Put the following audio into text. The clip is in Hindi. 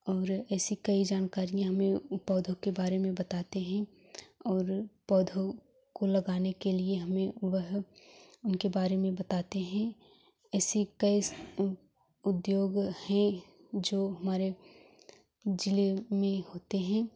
और ऐसी कई जानकारियाँ हमें पौधों के बारे में बताते हैं और पौधों को लगाने के लिए हमें वह उनके बारे में बताते हैं ऐसे कैसे उद्योग हैं जो हमारे जिले में होते हैं